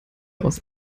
aus